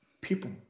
people